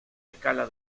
escala